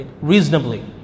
Reasonably